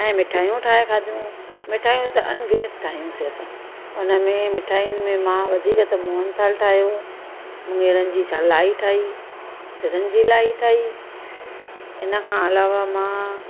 ऐं मिठाईयूं ठाहे खाधियूं मिठाईयूं त अन गिनत ठाहियूंसीं असां हुन में मिठाईयुनि में मां वधीक त मूहनथाल ठाहियो मूङेरनि जी छा लाई ठाही तिरनि जी लाई ठाही हिन खां अलावा मां